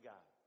God